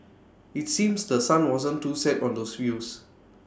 IT seems The Sun wasn't too set on those views